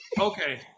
Okay